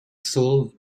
seoul